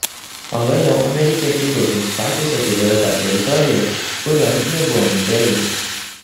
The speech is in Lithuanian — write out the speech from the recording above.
o vėliau amerikiečiai rusams patys atidavė tą teritoriją kurion jie buvo nubėgę